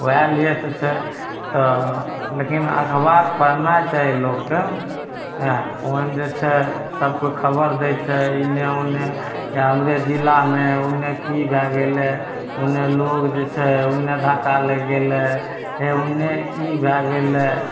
ओएह लिए तऽ छै तऽ लेकिन अखबार पढ़नाइ चाही लोगके आयँ ओहिमे जे छै सबके खबर दै छै इन्ने ओन्ने या हमरे जिलामे ओन्ने की भए गेलै ओन्ने लोग जे छै ओन्ने धक्का लागि गेलै हँ ओन्ने ई भए गेलै